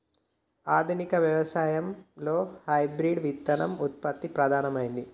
ఆధునిక వ్యవసాయం లో హైబ్రిడ్ విత్తన ఉత్పత్తి ప్రధానమైంది